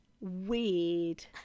weird